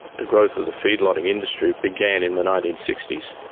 the growth of the feedlotting industry began in the nineteen sixty s.